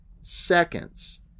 seconds